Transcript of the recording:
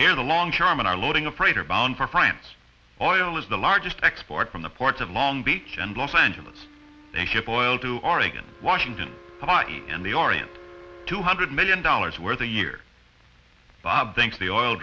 here the longshoremen are loading a freighter bound for france oil is the largest export from the ports of long beach and los angeles they ship oil to oregon washington in the orient two hundred million dollars worth a year bob thinks the oil